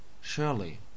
Surely